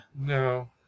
No